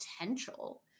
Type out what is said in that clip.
potential